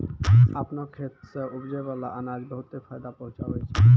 आपनो खेत सें उपजै बाला अनाज बहुते फायदा पहुँचावै छै